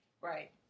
Right